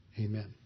Amen